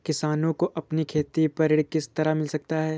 किसानों को अपनी खेती पर ऋण किस तरह मिल सकता है?